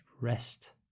rest